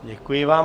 Děkuji vám.